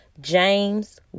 James